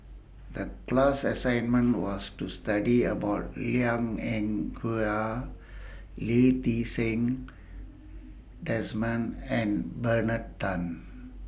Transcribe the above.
The class assignment was to study about Liang Eng Hwa Lee Ti Seng Desmond and Bernard Tan